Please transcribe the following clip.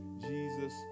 Jesus